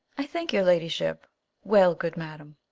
i thank your ladyship well, good madam.